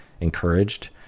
encouraged